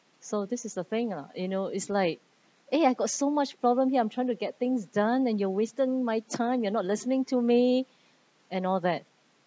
so this is the thing or not you know it's like eh I got so much problem here I'm trying to get things done and you are wasting my time you are not listening to me and all that